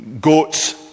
goats